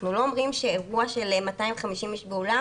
אנחנו לא אומרים שאירוע של 250 איש באולם